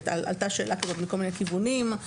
עלתה שאלה כזאת מכול מיני כיוונים,